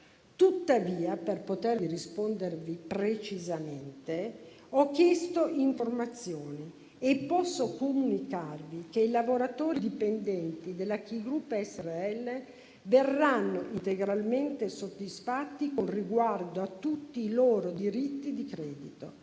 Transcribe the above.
Tuttavia, per potervi rispondere precisamente, ho chiesto informazioni e posso comunicarvi che i lavoratori dipendenti della Ki Group Srl verranno integralmente soddisfatti con riguardo a tutti i loro diritti di credito.